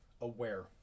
aware